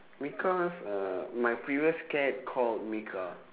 mika uh my previous cat called mika